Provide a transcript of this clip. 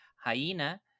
Hyena